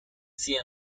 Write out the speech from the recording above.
sea